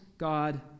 God